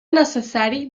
necessari